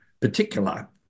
particular